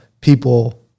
people